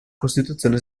costituzione